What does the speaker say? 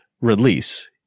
release